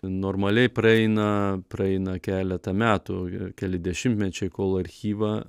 normaliai praeina praeina keleta metų keli dešimtmečiai kol archyvą